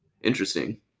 Interesting